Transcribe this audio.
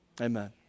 Amen